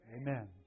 Amen